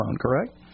correct